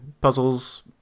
Puzzles